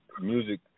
music